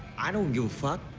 i don't give a fuck.